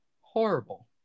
horrible